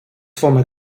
former